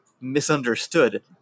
misunderstood